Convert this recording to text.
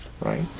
right